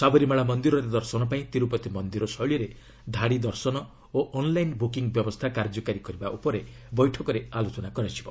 ସାବରିମାଳା ମନ୍ଦିରରେ ଦର୍ଶନ ପାଇଁ ତିରୁପତି ମନ୍ଦିର ଶୈଳୀରେ ଧାଡ଼ି ଦର୍ଶନ ଓ ଅନ୍ଲାଇନ୍ ବୁକିଂ ବ୍ୟବସ୍ଥା କାର୍ଯ୍ୟକାରୀ କରିବା ଉପରେ ବୈଠକରେ ଆଲୋଚନା ହେବ